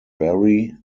barry